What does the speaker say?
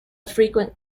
frequent